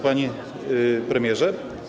Panie Premierze!